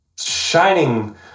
shining